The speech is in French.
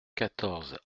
quatorze